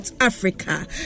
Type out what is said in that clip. Africa